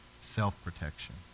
Self-protection